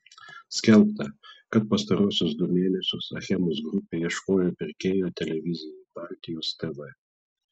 skelbta kad pastaruosius du mėnesius achemos grupė ieškojo pirkėjo televizijai baltijos tv